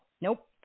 nope